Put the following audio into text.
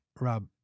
Rob